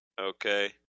Okay